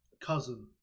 cousin